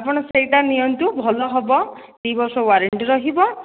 ଆପଣ ସେଇଟା ନିଅନ୍ତୁ ଭଲ ହେବ ଦୁଇ ବର୍ଷ ୱାରେଣ୍ଟି ରହିବ